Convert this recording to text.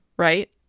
right